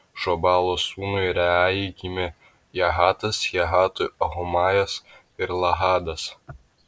šobalo sūnui reajai gimė jahatas jahatui ahumajas ir lahadas